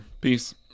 Peace